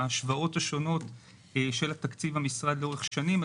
ההשוואות השונות של תקציב המשרד לאורך שנים.